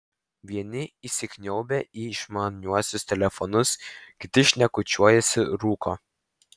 vieni įsikniaubę į išmaniuosius telefonus kiti šnekučiuojasi rūko